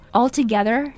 altogether